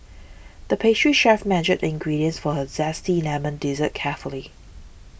the pastry chef measured the ingredients for a Zesty Lemon Dessert carefully